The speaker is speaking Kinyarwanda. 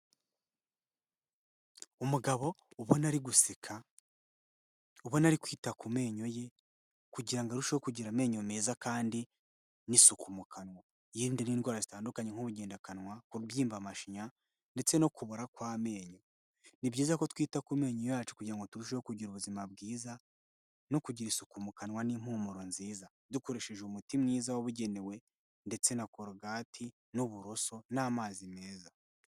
Umugabo ubona ari guseka, ubona ari kwita ku menyo ye kugira ngo arusheho kugira amenyo meza kandi n'isuku mu kanwa. Yirinde n'indwara zitandukanye nk'ubugendakanwa, kubyimba amashinya ndetse no kubora kw'amenyo. Ni byiza ko twita ku menyo yacu kugira ngo turusheho kugira ubuzima bwiza, no kugira isuku mu kanwa n'impumuro nziza, dukoresheje umuti mwiza wabugenewe ndetse na korogati n'uburoso n'amazi meza.